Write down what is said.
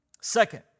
Second